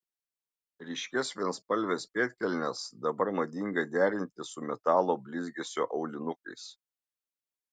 ryškias vienspalves pėdkelnes dabar madinga derinti su metalo blizgesio aulinukais